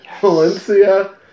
Valencia